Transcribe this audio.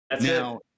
Now